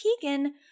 Keegan